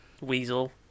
Weasel